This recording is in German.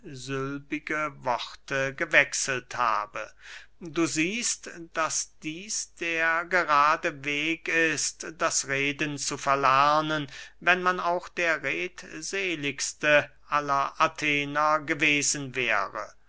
einsylbige worte gewechselt habe du siehst daß dieß der gerade weg ist das reden zu verlernen wenn man auch der redseligste aller athener gewesen wäre